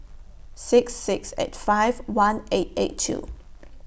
six six eight five one eight eight two